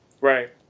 Right